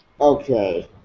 Okay